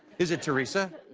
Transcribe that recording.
is it theresa.